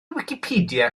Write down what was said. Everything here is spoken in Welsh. wicipedia